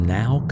now